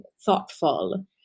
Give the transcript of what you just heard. thoughtful